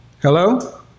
Hello